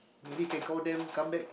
maybe can call them come back